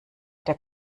der